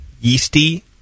yeasty